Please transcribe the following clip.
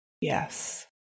Yes